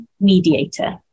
mediator